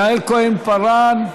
יעל כהן-פארן,